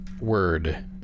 word